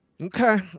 Okay